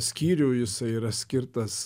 skyrių jisai yra skirtas